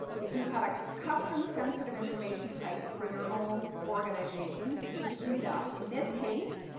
if you had a custom sensitive information type for your own organization, you could do that. in this case,